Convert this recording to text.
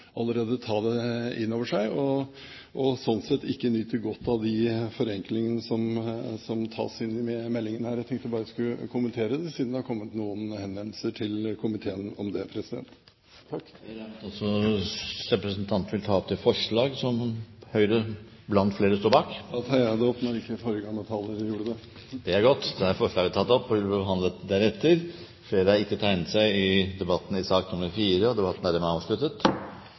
ta dette inn over seg, og sånn sett ikke nyter godt av de forenklingene som tas inn i proposisjonen. Jeg tenkte bare at jeg skulle kommentere det, siden det har kommet noen henvendelser til komiteen om det. Jeg regner også med at representanten vil ta opp det forslag som Høyre blant flere står bak? Da tar jeg det opp, når ikke foregående taler gjorde det. Da har representanten Gunnar Gundersen tatt opp forslaget på vegne av Fremskrittspartiet, Høyre, Kristelig Folkeparti og Venstre. Flere har ikke bedt om ordet til sak